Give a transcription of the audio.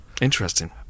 Interesting